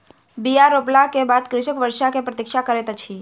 बीया रोपला के बाद कृषक वर्षा के प्रतीक्षा करैत अछि